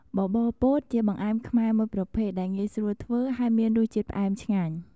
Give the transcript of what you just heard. បបរពោតជាបង្អែមខ្មែរមួយប្រភេទដែលងាយស្រួលធ្វើ ហើយមានរសជាតិផ្អែមឆ្ងាញ់។